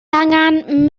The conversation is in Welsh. angan